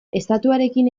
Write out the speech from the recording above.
estatuarekin